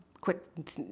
quick